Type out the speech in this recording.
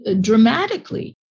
dramatically